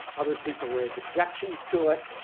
other people raise objections to it,